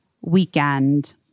weekend